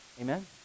Amen